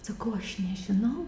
sakau aš nežinau